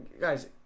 guys